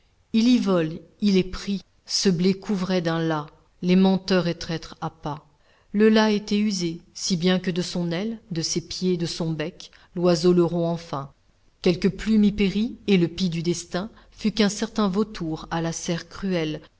y vole il est pris ce blé couvrait d'un lacs les menteurs et traîtres appâts le lacs était usé si bien que de son aile de ses pieds de son bec l'oiseau le rompt enfin quelque plume y périt et le pis du destin fut qu'un certain vautour à la serre cruelle